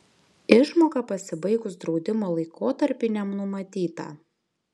išmoka pasibaigus draudimo laikotarpiui nenumatyta